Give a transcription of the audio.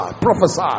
Prophesy